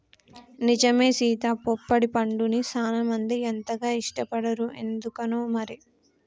నిజమే సీత పొప్పడి పండుని సానా మంది అంతగా ఇష్టపడరు ఎందుకనో మరి